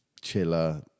chiller